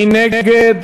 מי נגד?